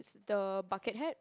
the bucket head